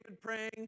praying